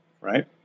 Right